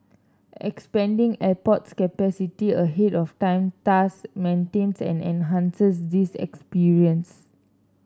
expanding airport capacity ahead of time thus maintains and enhances this experience